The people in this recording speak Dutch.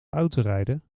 autorijden